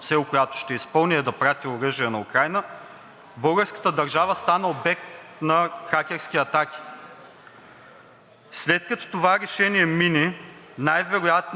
След като това решение мине, най-вероятно тези атаки ще продължат, а всички ние знаем нивото ни на защита.